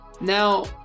Now